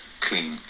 clean